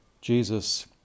Jesus